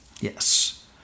Yes